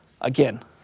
Again